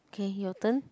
okay your turn